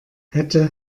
hätte